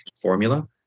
formula